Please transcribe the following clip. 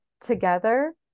together